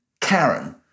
Karen